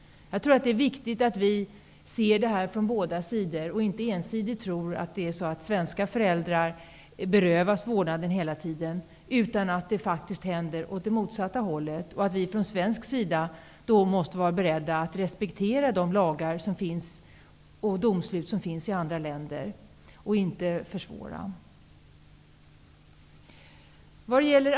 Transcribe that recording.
Det är viktigt att man ser detta från båda sidor, så att man inte ensidigt tror att svenska föräldrar hela tiden berövas vårdnaden, utan att det faktiskt också händer åt det motsatta hållet. Från svensk sida måste vi då vara beredda att respektera de lagar och domslut som finns i andra länder och inte försvåra.